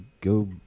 go